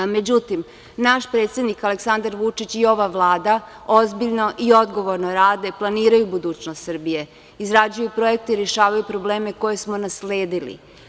Međutim, naš predsednik Aleksandar Vučić i ova Vlada ozbiljno i odgovorno rade, planiraju budućnost Srbije, izrađuju projekte i rešavaju probleme koje smo nasledili.